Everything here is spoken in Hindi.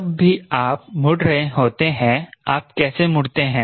जब भी आप मुड़ रहे होते हैं आप कैसे मुड़ते हैं